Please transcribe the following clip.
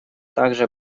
также